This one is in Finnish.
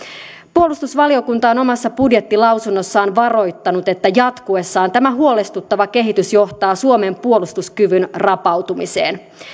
puolustusvaliokunta on omassa budjettilausunnossaan varoittanut että jatkuessaan tämä huolestuttava kehitys johtaa suomen puolustuskyvyn rapautumiseen